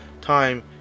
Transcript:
time